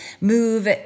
move